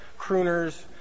crooners